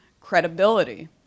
credibility